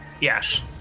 Yes